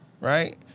Right